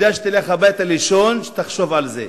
וכדאי שכשתלך הביתה לישון תחשוב על זה,